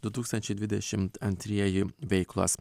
du tūkstančiai dvidešim antrieji veiklos